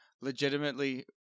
legitimately